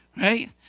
Right